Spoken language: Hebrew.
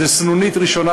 זו סנונית ראשונה,